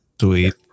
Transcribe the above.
Sweet